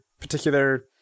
particular